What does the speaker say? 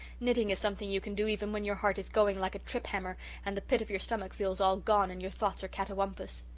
knitting is something you can do, even when your heart is going like a trip-hammer and the pit of your stomach feels all gone and your thoughts are catawampus.